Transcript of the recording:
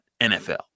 NFL